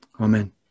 Amen